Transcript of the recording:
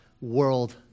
world